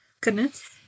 Goodness